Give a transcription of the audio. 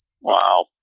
Wow